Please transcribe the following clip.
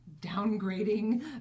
downgrading